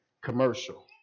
commercial